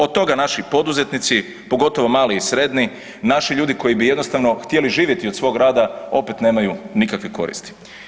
Od toga naši poduzetnici pogotovo mali i srednji, naši ljudi koji bi jednostavno htjeli živjeti od svog rada opet nemaju nikakve koristi.